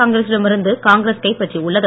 காங்கிரசிடமிருந்து Congress கைப்பற்றி உள்ளது